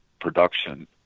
production